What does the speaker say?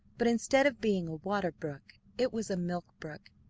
but instead of being a water-brook it was a milk-brook,